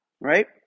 right